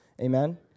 Amen